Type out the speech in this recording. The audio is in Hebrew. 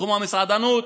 תחום המסעדנות,